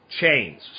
chains